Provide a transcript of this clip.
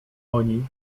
oni